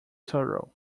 turtle